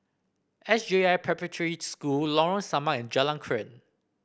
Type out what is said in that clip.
S J I Preparatory School Lorong Samak and Jalan Krian